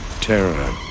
terror